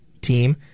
team